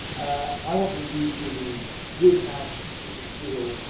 i want the u to be the good housekeeping seal,